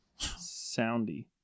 Soundy